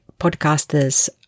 podcasters